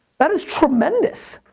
that is tremendous!